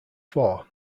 four